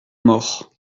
maures